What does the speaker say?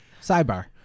sidebar